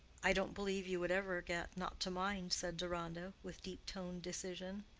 i don't believe you would ever get not to mind, said deronda, with deep-toned decision.